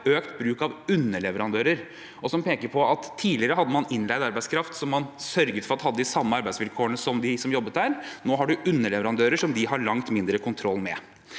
økt bruk av underleverandører. De peker på at man tidligere hadde innleid arbeidskraft som man sørget for at hadde de samme arbeidsvilkårene som de som jobbet der. Nå har man underleverandører, som de har langt mindre kontroll med.